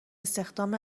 استخدام